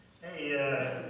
Hey